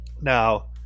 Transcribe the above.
now